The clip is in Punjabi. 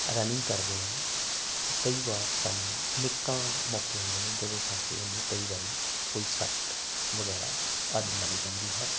ਰਨਿੰਗ ਕਰਦੇ ਆਂ ਕਈ ਵਾਰ ਸਾਨੂੰ ਅਨੇਕਾਂ ਮੌਕੇ ਹੁੰਦੇ ਨੇ ਜਦੋਂ ਸਾਨੂੰ ਕਈ ਵਾਰੀ ਕੋਈ ਸੱਟ ਵਗੈਰਾ ਆਦੀ ਲੱਗ ਜਾਂਦੀ ਹੈ